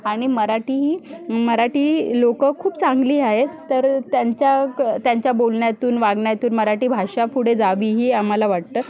आणि मराठी ही मराठी लोकं खूप चांगली आहेत तर त्यांचा क त्यांच्या बोलण्यातून वागण्यातून मराठी भाषा पुढे जावी ही आम्हाला वाटतं